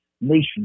nation